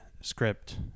script